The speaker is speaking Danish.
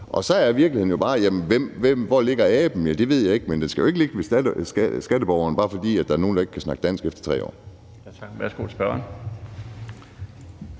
og så er virkeligheden jo bare: Hvor ligger aben? Ja, det ved jeg ikke, men den skal jo ikke ligge ved skatteborgeren, bare fordi der er nogle, der ikke kan snakke dansk efter 3 år.